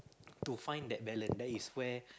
to find that balance that is where